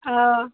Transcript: অঁ